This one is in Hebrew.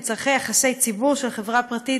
לצורכי יחסי ציבור של חברה פרטית.